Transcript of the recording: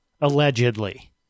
Allegedly